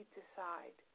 decide